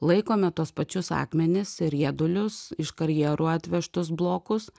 laikome tuos pačius akmenis ir riedulius iš karjerų atvežtus blokus